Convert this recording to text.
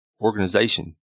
organization